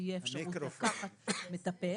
שתהיה אפשרות לקחת מטפל,